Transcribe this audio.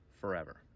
forever